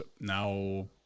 now